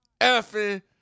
effing